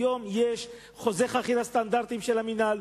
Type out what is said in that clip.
היום יש חוזה חכירה סטנדרטי של המינהל.